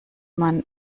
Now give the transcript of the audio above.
man